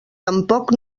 tampoc